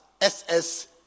SS